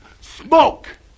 smoke